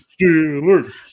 Steelers